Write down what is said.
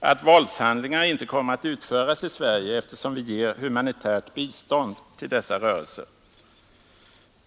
att våldshandlingar inte kommer att utföras i Sverige, eftersom vi ger humanitärt bistånd till dessa rörelser?